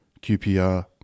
QPR